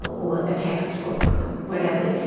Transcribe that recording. or a textbook or whatever,